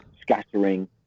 scattering